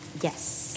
Yes